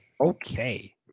okay